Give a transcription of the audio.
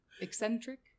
eccentric